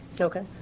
okay